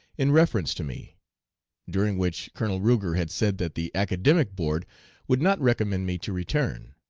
in reference to me during which colonel ruger had said that the academic board would not recommend me to return.